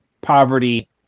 poverty